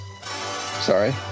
Sorry